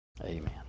Amen